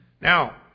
Now